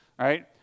right